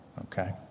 Okay